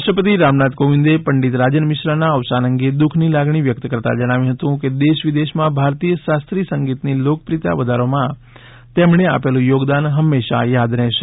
રાષ્ટ્રપતિ રામનાથ કોવિંદે પંડિત રાજન મિશ્રાના અવસાન અંગે દુઃખની લાગણી વ્યક્ત કરતા જણાવ્યું હતું કે દેશ વિદેશમાં ભારતીય શાસ્ત્રીય સંગીતની લોકપ્રિયતા વધારવામાં તેમણે આપેલું યોગદાન હંમેશા યાદ રહેશે